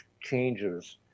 changes